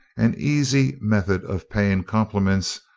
an easy method of paying compliments,